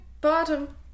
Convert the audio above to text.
Bottom